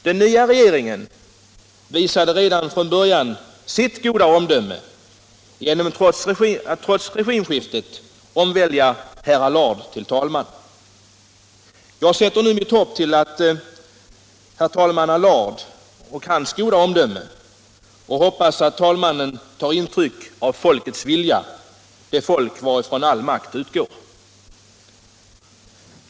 Den nya riksdagsmajoriteten visade redan från början sitt goda omdöme genom att, trots regeringsskiftet, omvälja herr Allard till talman. Jag sätter nu mitt hopp till herr Allard och hans goda omdöme och hoppas att han tar intryck av folkets vilja, det folk varifrån all makt utgår.